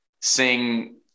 sing